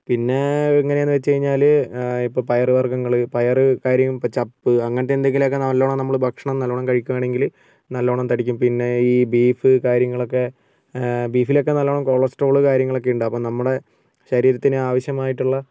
പിന്നെ എങ്ങനെയാണെന്ന് വെച്ച് കഴിഞ്ഞാൽ ഇപ്പോൾ പയർ വർഗ്ഗങ്ങൾ പയർ കാര്യം ഇപ്പോൾ ചപ്പ് അങ്ങനത്തെ എന്തെങ്കിലുമൊക്കെ നല്ലവണ്ണം നമ്മൾ ഭക്ഷണം നല്ലവണ്ണം കഴിക്കുവാണെങ്കിൽ നല്ലവണ്ണം തടിക്കും പിന്നെ ഈ ബീഫ് കാര്യങ്ങളൊക്കെ ബീഫിലൊക്കെ നല്ലവണ്ണം കൊളസ്ട്രോൾ കാര്യങ്ങളൊക്കെ ഉണ്ട് അപ്പോൾ നമ്മുടെ ശരീരത്തിന് ആവശ്യമായിട്ടുള്ള